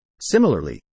Similarly